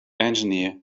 engineer